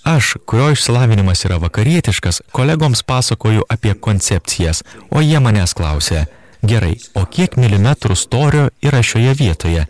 aš kurio išsilavinimas yra vakarietiškas kolegoms pasakoju apie koncepcijas o jie manęs klausia gerai o kiek milimetrų storio yra šioje vietoje